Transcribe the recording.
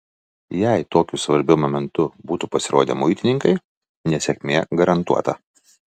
jei tokiu svarbiu momentu būtų pasirodę muitininkai nesėkmė garantuota